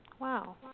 Wow